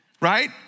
right